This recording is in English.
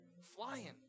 Flying